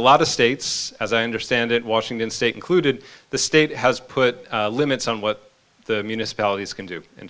a lot of states as i understand it washington state included the state has put limits on what the municipalities can do in